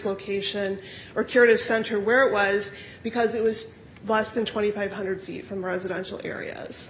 location or curative center where it was because it was less than two thousand five hundred feet from residential area